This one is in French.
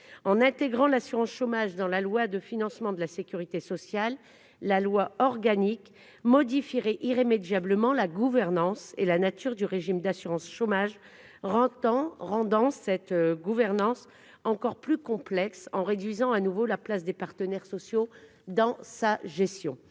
En intégrant l'assurance chômage dans la loi de financement de la sécurité sociale, la loi organique modifierait irrémédiablement la gouvernance et la nature de ce régime. Elle rendrait sa gouvernance encore plus complexe en réduisant de nouveau la place des partenaires sociaux. La gestion